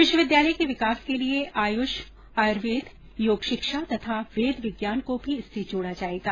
विश्वविद्यालय के विकास के लिए आय्ष आयुर्वेद योग शिक्षा तथा वेद विज्ञान को भी इससे जोड़ा जाएगा